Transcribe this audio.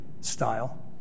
style